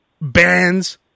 bands